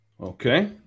Okay